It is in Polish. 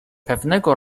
pewnego